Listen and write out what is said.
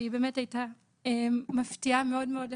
שהיא באמת היתה מפתיעה מאוד מאוד לטובה.